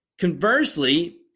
Conversely